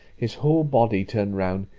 his whole body turned round,